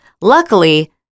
Luckily